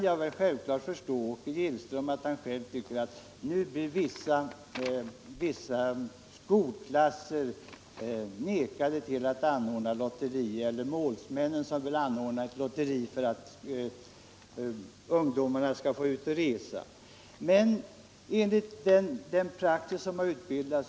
Jag kan förstå att Åke Gillström reagerar mot att vissa skolklasser eller målsmän som vill anordna lotterier för att ungdomarna skall komma ut och resa blir nekade tillstånd.